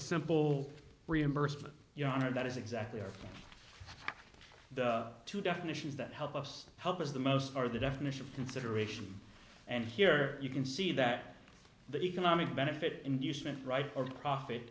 simple reimbursement your honor that is exactly the two definitions that help us help us the most are the definition of consideration and here you can see that the economic benefit inducement right or profit